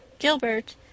Gilbert